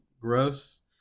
gross